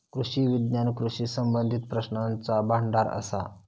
कृषी विज्ञान कृषी संबंधीत प्रश्नांचा भांडार असा